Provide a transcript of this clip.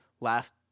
last